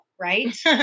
right